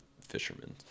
fishermen